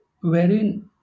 wherein